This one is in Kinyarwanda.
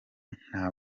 nta